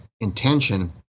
intention